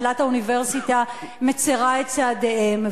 הנהלת האוניברסיטה מצרה את צעדיהם.